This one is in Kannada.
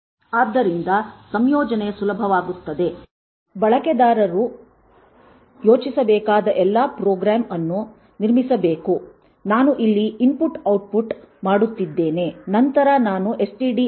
ಆದ್ದರಿಂದ ಸಂಯೋಜನೆ ಸುಲಭವಾಗುತ್ತದೆ ಬಳಕೆದಾರರು ಯೋಚಿಸಬೇಕಾದ ಎಲ್ಲಾ ಪ್ರೋಗ್ರಾಂ ಅನ್ನು ನಿರ್ಮಿಸಬೇಕು ನಾನು ಇಲ್ಲಿ ಇನ್ಪುಟ್ ಔಟ್ಪುಟ್ ಮಾಡುತ್ತಿದ್ದೇನೆ ನಂತರ ನಾನು ಎಸ್ಟಿಡಿಐ ಓ